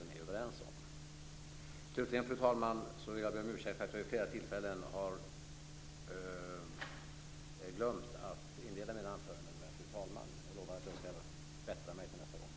Fru talman! Slutligen vill jag be om ursäkt för att jag vid flera tillfällen har glömt att inleda mina anföranden med "Fru talman". Jag lovar att jag skall bättra mig till nästa gång.